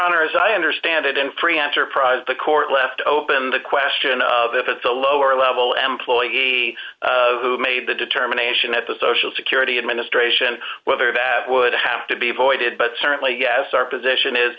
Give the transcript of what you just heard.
honor as i understand it in free enterprise the court left open the question of if it's a lower level employee who made the determination that the social security administration whether that would have to be voided but certainly yes our position is